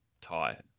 tie